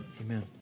Amen